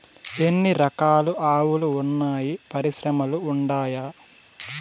ఎన్ని రకాలు ఆవులు వున్నాయి పరిశ్రమలు ఉండాయా?